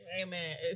Amen